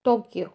Tokyo